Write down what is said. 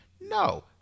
no